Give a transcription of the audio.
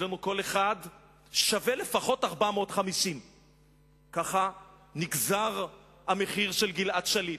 ואצלנו כל אחד שווה לפחות 450. ככה נגזר המחיר של גלעד שליט.